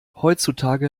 heutzutage